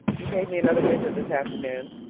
he paid me another visit this afternoon.